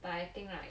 but I think right